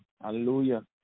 Hallelujah